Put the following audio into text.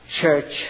church